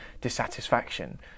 dissatisfaction